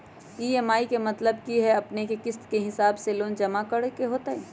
EMI के मतलब है कि अपने के किस्त के हिसाब से लोन जमा करे के होतेई?